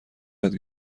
یاد